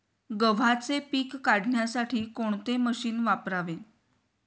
गव्हाचे पीक काढण्यासाठी कोणते मशीन वापरावे?